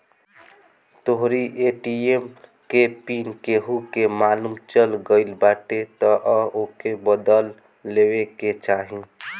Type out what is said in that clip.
तोहरी ए.टी.एम के पिन केहू के मालुम चल गईल बाटे तअ ओके बदल लेवे के चाही